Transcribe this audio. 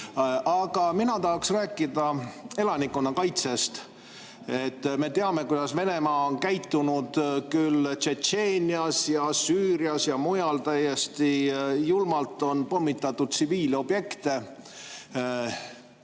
Aga mina tahan rääkida elanikkonnakaitsest. Me teame, kuidas Venemaa on käitunud küll Tšetšeenias, küll Süürias ja mujal. Täiesti julmalt on pommitatud tsiviilobjekte.